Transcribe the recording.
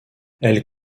elle